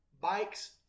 bikes